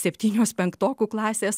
septynios penktokų klasės